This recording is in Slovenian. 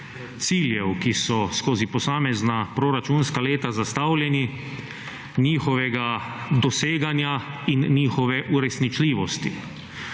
ciljev, ki so skozi posamezna proračunska leta zastavljeni, njihovega doseganja in njihove uresničljivosti.